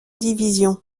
division